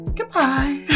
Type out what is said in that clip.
Goodbye